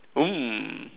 um